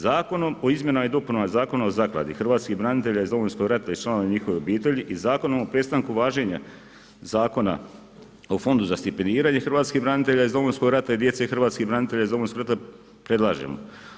Zakonom o izmjenama i dopunama Zakona o Zakladi hrvatskih branitelja iz Domovinskog rata i članova njihovih obitelji i Zakonom o prestanku važenja Zakona o fondu za stipendiranje hrvatskih branitelja iz Domovinskog rata i djece hrvatskih branitelja iz Domovinskog rata predlažemo.